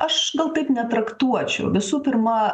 aš gal taip netraktuočiau visų pirma